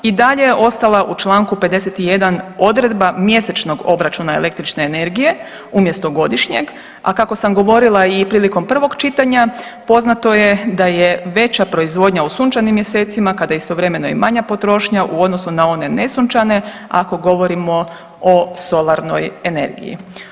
I dalje je ostala u čl. 51. odredba mjesečnog obračuna električne energije umjesto godišnjeg, a kako sam govorila i prilikom prvog čitanja, poznato je da je veća proizvodnja u sunčanim mjesecima kada je istovremeno i manja potrošnja u odnosu na one nesunčane ako govorimo o solarnoj energiji.